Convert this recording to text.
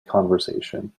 conversation